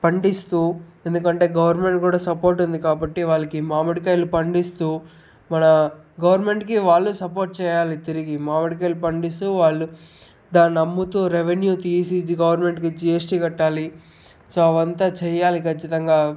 పండిస్తూ ఎందుకంటే గవర్నమెంట్ కూడా సపోర్ట్ ఉంది కాబట్టి వాళ్ళకి మామిడికాయలు పండిస్తూ మన గవర్నమెంట్కి వాళ్ళు సపోర్ట్ చెయ్యాలి తిరిగి మావిడికాయలు పండిస్తూ వాళ్ళు దాన్ని అమ్ముతూ రెవెన్యూ తీసి గవర్నమెంట్కి జిఎస్టి కట్టాలి సో అవ్వంత చెయ్యాలి ఖచ్చితంగా